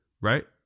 Right